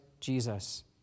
Jesus